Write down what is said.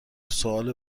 سوال